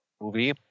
movie